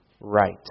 right